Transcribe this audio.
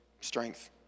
strength